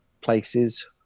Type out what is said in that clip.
places